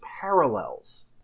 parallels